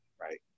right